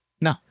no